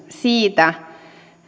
siitä